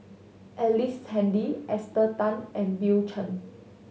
Ellice Handy Esther Tan and Bill Chen